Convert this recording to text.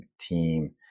team